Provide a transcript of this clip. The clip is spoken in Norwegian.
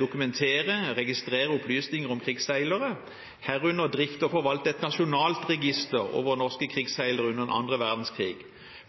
dokumentere og registrere opplysninger om krigsseilere, herunder drifte og forvalte et nasjonalt register over norske krigsseilere under den andre verdenskrigen,